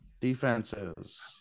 defenses